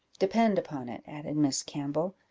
depend upon it, added miss campbell,